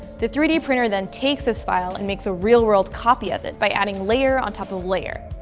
the three d printer then takes this file and makes a real-world copy of it by adding layer on top of layer.